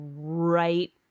right